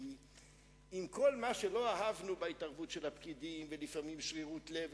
מסתכל ורואה מישהו באוטו.